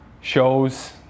shows